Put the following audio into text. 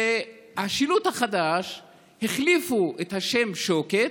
ובשילוט החדש החליפו את השם "שוקת",